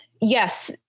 yes